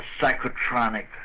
psychotronic